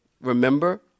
Remember